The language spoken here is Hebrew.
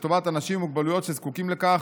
לטובת אנשים עם מוגבלויות שזקוקים לכך.